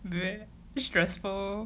very stressful